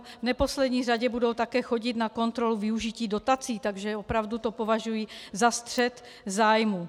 V neposlední řadě budou také chodit na kontrolu využití dotací, takže opravdu to považuji za střet zájmů.